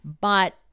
But-